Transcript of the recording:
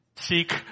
Seek